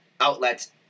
outlets